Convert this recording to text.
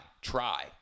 Try